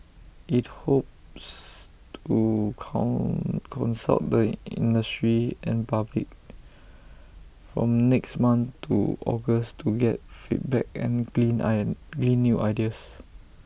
IT hopes to consult the industry and public from next month to August to get feedback and glean iron glean new ideas